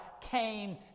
came